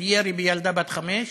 של ירי בילדה בת חמש.